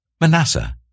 Manasseh